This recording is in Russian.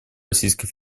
российской